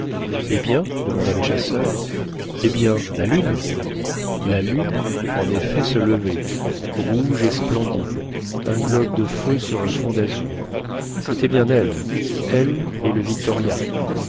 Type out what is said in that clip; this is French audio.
eh bien demanda le chasseur eh bien la lune la lune en effet se levait rouge et splendide un globe de feu sur un fond d'azur c'était bien elle elle et le victoria